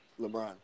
LeBron